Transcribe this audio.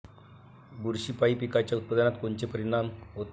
बुरशीपायी पिकाच्या उत्पादनात कोनचे परीनाम होते?